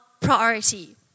priority